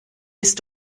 ist